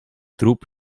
trup